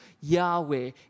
Yahweh